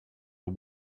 are